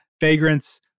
vagrants